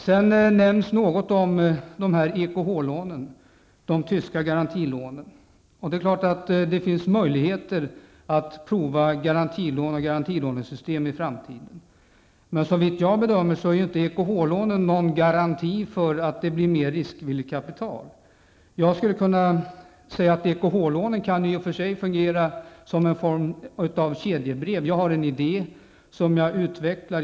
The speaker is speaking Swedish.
Sedan nämns det något om de tyska garantilånen, EKH-lånen. Det är klart att det finns möjligheter att prova garantilån och garantilånesystem i framtiden, men såvitt jag kan bedöma är inte EKH lånen någon garanti för att det blir mer riskvilligt kapital. EKH-lånen kan i och för sig fungera som en form av kedjebrev. Jag har en idé som jag utvecklar.